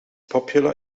popular